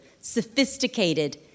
sophisticated